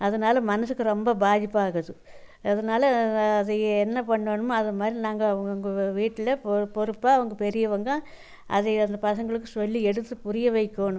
அதனால மனசுக்கு ரொம்ப பாதிப்பாகுது அதனால அதையே என்ன பண்ணோணுமோ அது மாதிரி நாங்கள் அவங்க வீட்டில் பொ பொறுப்பாக பெரியவங்க அதே அந்த பசங்களுக்கு சொல்லி எடுத்து புரிய வைக்கணும்